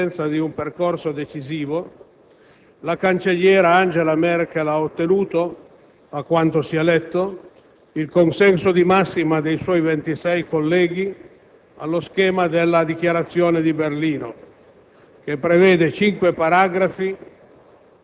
Dunque, siamo alle mosse di partenza di un percorso decisivo. Il cancelliere Angela Merkel ha ottenuto, a quanto si è letto, il consenso di massima dei suoi 26 colleghi allo schema della Dichiarazione di Berlino,